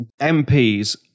MPs